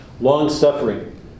Long-suffering